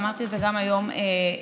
אמרתי את זה גם היום בצוהריים: